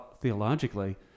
theologically